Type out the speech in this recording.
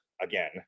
again